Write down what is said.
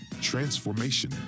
transformation